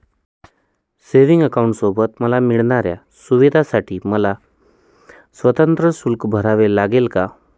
Savings अकाउंटसोबत मला मिळणाऱ्या सुविधांसाठी मला स्वतंत्र शुल्क भरावे लागेल का?